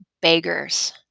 beggars